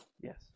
Yes